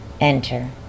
enter